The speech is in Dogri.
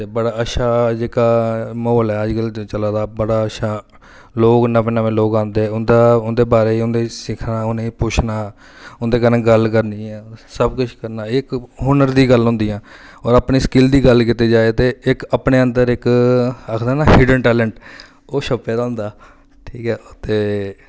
ते बड़ा अच्छा जेह्का म्हौल ऐ अजकल चला दा बड़ा अच्छा लोक नमें नमें लोक औंदे उं'दा उं'दे बारे च सिक्खना उ'नें गी पुच्छना उं'दे कन्नै गल्ल करनी ऐ सबकिश करना ऐ इक हुनर दी गल्ल होंदी ऐ और अपने स्किल्ल दी स्किल्ल दी गल्ल कीती जाए ते इक अपने अंदर इक आखदे ना हिडन टैलेंट ओह् छप्पे दा होंदा ठीक ऐ ते